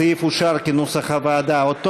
הסעיף אושר כנוסח הוועדה.